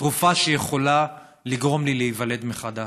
תרופה שיכולה לגרום לי להיוולד מחדש,